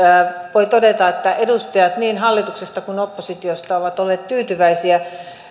voi todeta että edustajat niin hallituksesta kuin oppositiosta ovat olleet tyytyväisiä